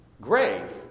grave